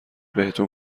بهتون